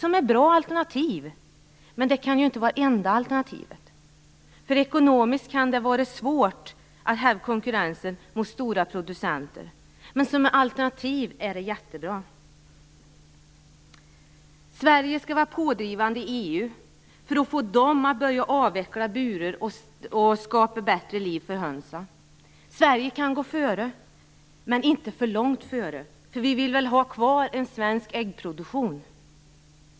De är bra alternativ, men de kan inte vara de enda alternativen. Det kan ekonomiskt sett vara svårt att hävda konkurrensen gentemot stora producenter. Men som alternativ är de bra. Sverige skall vara pådrivande i EU för att där börja avveckla burarna och skapa bättre liv för hönsen. Sverige kan gå före, men inte för långt före. Vi vill ha kvar en svensk äggproduktion?